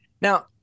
Now